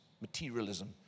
materialism